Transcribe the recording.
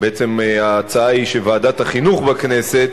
בעצם ההצעה היא שוועדת החינוך בכנסת